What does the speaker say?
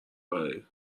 برای